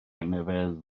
tangnefedd